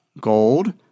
gold